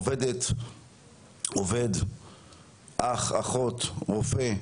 עובדת, עובד, אח, אחות, רופא,